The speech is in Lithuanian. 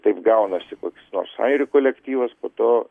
taip gaunasi koks nors airių kolektyvas po to